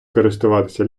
користуватися